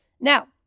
Now